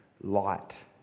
light